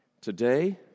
Today